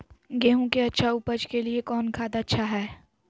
गेंहू के अच्छा ऊपज के लिए कौन खाद अच्छा हाय?